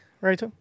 right